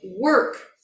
work